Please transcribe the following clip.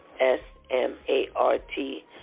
S-M-A-R-T